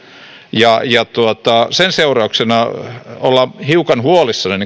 hintaa sen seurauksena ollaan talousvaliokunnan puolella hiukan huolissaan